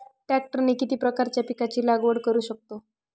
ट्रॅक्टरने किती प्रकारच्या पिकाची लागवड करु शकतो?